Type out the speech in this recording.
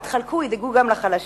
יתחלקו וידאגו גם לחלשים.